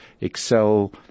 Excel